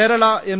Kerala M